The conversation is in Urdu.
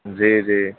جی جی